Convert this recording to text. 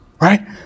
right